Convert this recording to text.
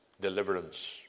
deliverance